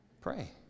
pray